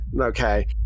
okay